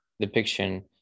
depiction